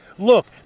Look